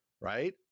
right